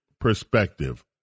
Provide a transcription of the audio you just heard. perspective